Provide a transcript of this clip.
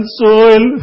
soil